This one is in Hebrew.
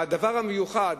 הדבר המיוחד